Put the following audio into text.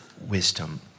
wisdom